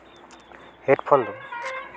headphone ᱫᱚ